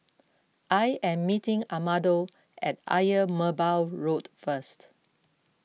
I am meeting Amado at Ayer Merbau Road first